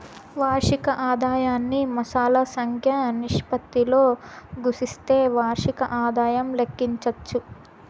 వార్షిక ఆదాయాన్ని మాసాల సంఖ్య నిష్పత్తితో గుస్తిస్తే వార్షిక ఆదాయం లెక్కించచ్చు